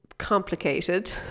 Complicated